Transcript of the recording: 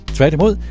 Tværtimod